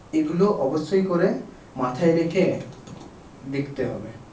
এগুলো অবশ্যই করে মাথায় রেখে দেখতে হবে